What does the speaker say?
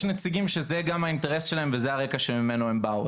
נציגים שזה גם האינטרס שלהם וזה הרקע שממנו הם באו,